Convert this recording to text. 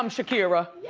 um shakira.